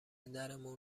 درمون